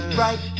right